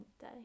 day